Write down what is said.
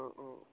অঁ অঁ